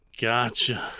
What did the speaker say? Gotcha